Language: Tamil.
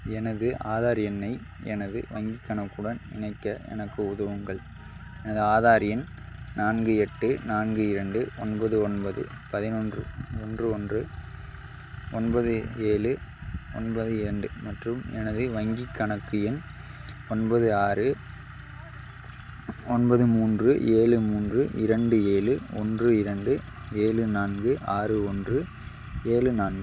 எனது ஆதார் எண்ணை எனது வங்கிக் கணக்குடன் இணைக்க எனக்கு உதவுங்கள் எனது ஆதார் எண் நான்கு எட்டு நான்கு இரண்டு ஒன்பது ஒன்பது பதினொன்று ஒன்று ஒன்று ஒன்பது ஏழு ஒன்பது இரண்டு மற்றும் எனது வங்கிக் கணக்கு எண் ஒன்பது ஆறு ஒன்பது மூன்று ஏழு மூன்று இரண்டு ஏழு ஒன்று இரண்டு ஏழு நான்கு ஆறு ஒன்று ஏழு நான்